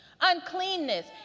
uncleanness